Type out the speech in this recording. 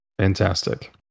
fantastic